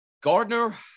Gardner